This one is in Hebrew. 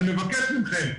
אני מבקש מכם,